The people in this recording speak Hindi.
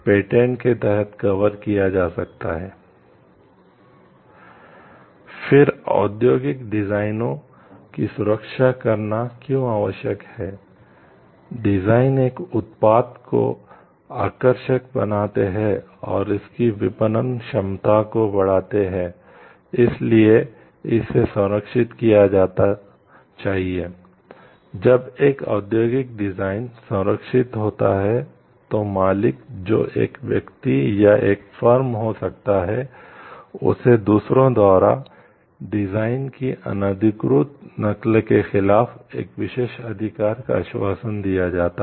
फिर औद्योगिक डिजाइनों की अनधिकृत नकल के खिलाफ एक विशेष अधिकार का आश्वासन दिया जाता है